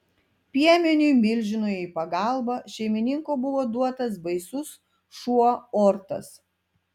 piemeniui milžinui į pagalbą šeimininko buvo duotas baisus šuo ortas